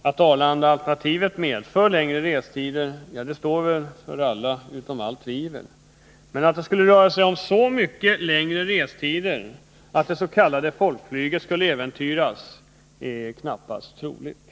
Att Arlandaalternativet medför längre restider står väl för alla utom allt Onsdagen den | tvivel, men att det skulle röra sig om så mycket längre restider att det s.k. folkflyget skulle äventyras är knappast troligt.